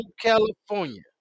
California